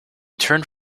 turned